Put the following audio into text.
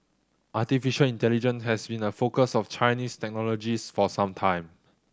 artificial intelligence has been a focus of Chinese technologist for some time